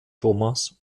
thomas